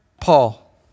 Paul